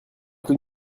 tout